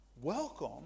welcome